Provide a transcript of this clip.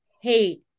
hate